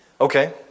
Okay